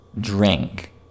drink